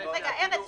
ארז,